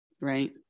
Right